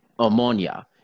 Ammonia